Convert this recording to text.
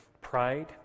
pride